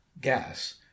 gas